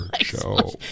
show